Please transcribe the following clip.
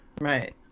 right